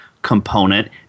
component